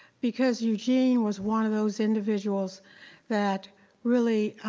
because eugene was one of those individuals that really,